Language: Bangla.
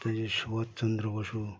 নেতাজি সুভাষ চন্দ্র বসু